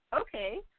Okay